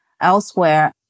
Elsewhere